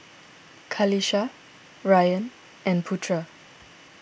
Qalisha Ryan and Putra